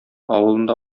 авылында